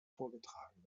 vorgetragen